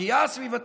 הפגיעה הסביבתית,